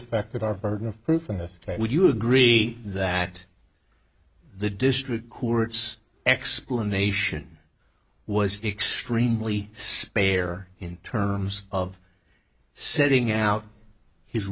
affected our burden of proof in this case would you agree that the district kooris explanation was extremely spare in terms of setting out his